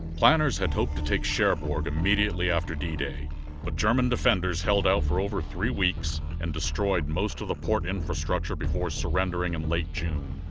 planners had hoped to take cherbourg immediately after dday, but german defenders held ah for over three weeks and destroyed most of the port infrastructure before surrendering in late june.